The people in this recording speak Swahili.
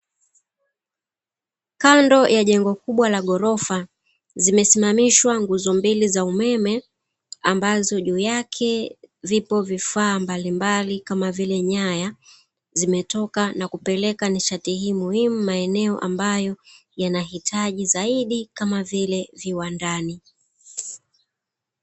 Kando ya jengo kubwa la ghorofa, zimesimamishwa nguzo mbili za umeme ambazo juu yake vipo vifaa mbalimbali, kama vile nyaya, zimetoka na kupeleka nishati hii muhimu maeneo ambayo yanahitaji zaidi, kama vile viwandani .